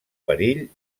perill